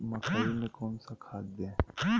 मकई में कौन सा खाद दे?